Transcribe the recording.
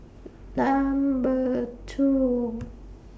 Number two